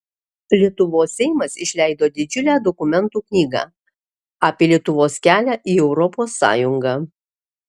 lietuvos seimas išleido didžiulę dokumentų knygą apie lietuvos kelią į europos sąjungą